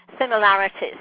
similarities